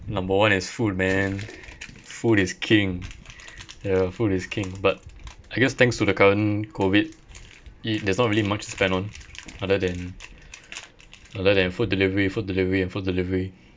number one is food man food is king ya food is king but I guess thanks to the current COVID I~ there's not really much spend on other than other than food delivery food delivery and food delivery